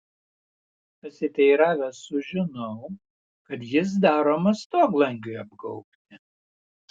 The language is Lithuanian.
pasiteiravęs sužinau kad jis daromas stoglangiui apgaubti